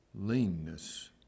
Leanness